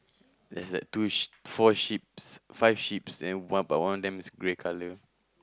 there's that two sh~ four sheeps five sheeps and one but one of them is grey colour